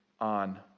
on